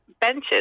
benches